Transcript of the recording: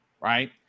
right